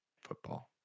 football